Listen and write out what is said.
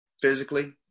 Physically